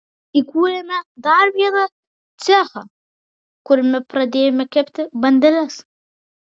įkūrėme dar vieną cechą kuriame pradėjome kepti bandeles